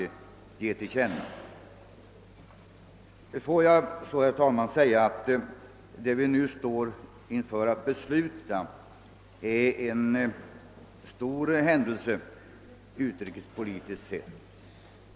Herr talman! Det beslut vi nu står i begrepp att fatta innebär en stor händelse utrikespolitiskt sett.